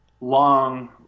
long